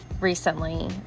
recently